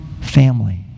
family